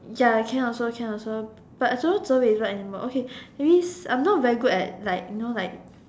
ya can also can also but supposed to be what animal okay that means I am not very good at like you know like